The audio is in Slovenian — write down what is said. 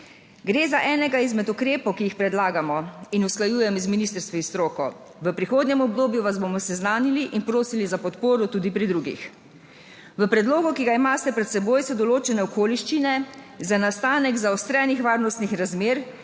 Gre za enega izmed ukrepov, ki jih predlagamo in usklajujemo z ministrstvi in stroko, v prihodnjem obdobju vas bomo seznanili in prosili za podporo tudi pri drugih. V predlogu, ki ga imate pred seboj, so določene okoliščine za nastanek zaostrenih varnostnih razmer,